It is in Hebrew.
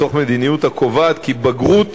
מתוך מדיניות הקובעת כי בגרות,